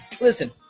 Listen